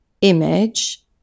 image